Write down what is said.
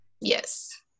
Yes